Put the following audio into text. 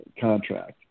contract